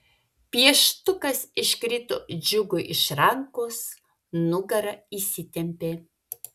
pieštukas iškrito džiugui iš rankos nugara įsitempė